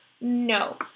No